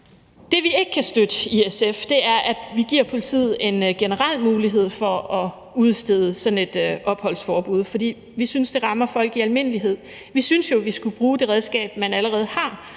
i SF ikke kan støtte, er, at vi giver politiet en generel mulighed for at udstede sådan et opholdsforbud, fordi vi synes, det rammer folk i almindelighed. Vi synes jo, vi skulle bruge det redskab, man allerede har,